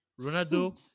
Ronaldo